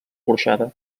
porxada